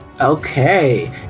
Okay